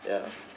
ya